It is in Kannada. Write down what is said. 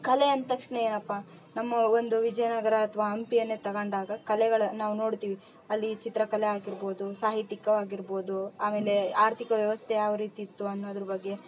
ಕಲೆ ಅಂತ ತಕ್ಷಣ ಏನಪ್ಪ ನಮ್ಮ ಒಂದು ವಿಜಯನಗರ ಅಥ್ವ ಹಂಪಿಯನ್ನೇ ತಗಂಡಾಗ ಕಲೆಗಳ ನಾವು ನೋಡುತ್ತೀವಿ ಅಲ್ಲಿ ಚಿತ್ರ ಕಲೆಯಾಗಿರ್ಬೌದು ಸಾಹಿತಿಕವಾಗಿರ್ಬೌದು ಆಮೇಲೆ ಆರ್ಥಿಕ ವ್ಯವಸ್ಥೆ ಯಾವ ರೀತಿ ಇತ್ತು ಅನ್ನೋದ್ರ ಬಗ್ಗೆ